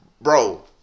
Bro